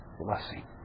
blessing